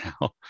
now